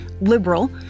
liberal